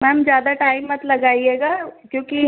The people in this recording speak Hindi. मैम ज़्यादा टाइम मत लगाइएगा क्योंकि